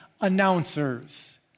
announcers